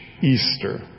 Easter